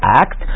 act